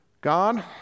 God